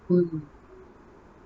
mm